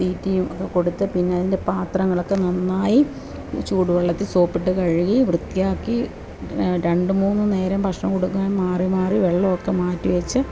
തീറ്റിയും ഒക്കെ കൊടുത്തു പിന്നെ അതിൻ്റെ പാത്രങ്ങളൊക്കെ നന്നായി ചൂടുവെള്ളത്തിൽ സോപ്പിട്ട് കഴുകി വൃത്തിയാക്കി രണ്ടുമൂന്നു നേരം ഭക്ഷണം കൊടുക്കണം മാറിമാറി വെള്ളവും ഒക്കെ മാറ്റിവെച്ചു